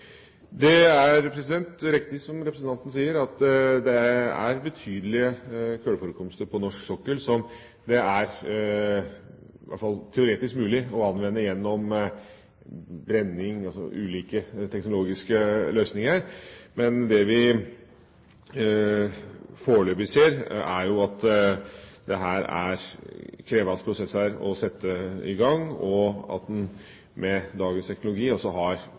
Det er riktig som representanten sier, at det er betydelige kullforekomster på norsk sokkel som det i hvert fall er teoretisk mulig å anvende gjennom ulike teknologiske løsninger. Men det vi foreløpig ser, er at dette er krevende prosesser å sette i gang, og at man med dagens teknologi også har